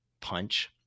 punch